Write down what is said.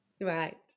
Right